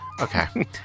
Okay